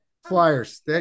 Flyers